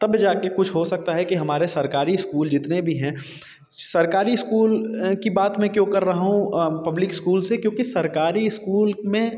तब जा के कुछ हो सकता है कि हमारे सरकारी स्कूल जितने भी हैं सरकारी स्कूल की बात मैं क्यों कर रहा हूँ पब्लिक स्कूल से क्योंकि सरकारी स्कूल में